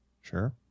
Sure